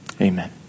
amen